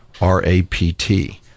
R-A-P-T